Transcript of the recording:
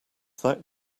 that